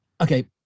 Okay